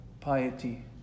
piety